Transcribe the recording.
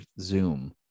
zoom